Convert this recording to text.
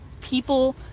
people